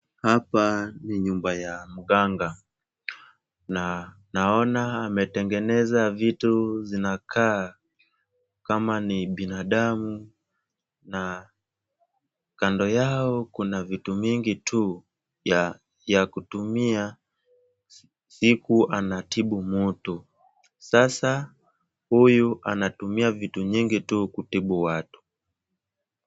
Hapa ni nyumba ya mganga na naona ametengeneza vitu zinakaa kama ni binadamu na kando yao kuna vitu mingi tu vya kutumia siku anatibu mtu. Sasa huyu anatumia vitu nyingi tu kutibu watu.